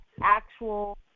Actual